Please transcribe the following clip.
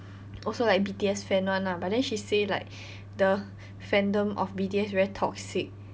also like B_T_S fan [one] ah but then she say like the fandom of B_T_S very toxic